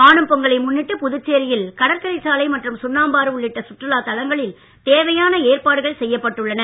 காணும் பொங்கலை முன்னிட்டு புதுச்சேரியில் கடற்கரை சாலை மற்றும் சுண்ணாம்பு ஆறு உள்ளிட்ட சுற்றுலா தளங்களில் பலத்த ஏற்பாடுகள் செய்யப்பட்டு உள்ளன